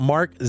Mark